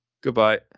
Goodbye